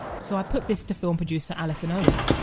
so i put this to film producer alison owen.